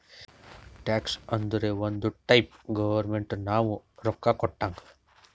tax ಅಂದುರ್ ಒಂದ್ type government ನಾವು ರೊಕ್ಕಾ ಕೊಟ್ಟಂಗ್